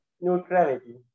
Neutrality